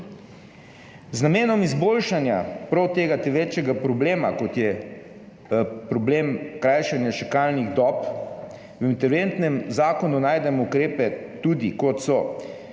Z namenom izboljšanja prav tega večjega problema, kot je problem krajšanje čakalnih dob, v interventnem zakonu najdemo tudi ukrepe, kot so